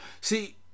See